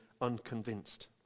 unconvinced